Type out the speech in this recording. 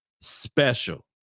special